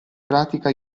pratica